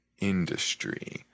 industry